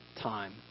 time